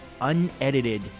unedited